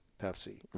Pepsi